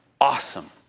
awesome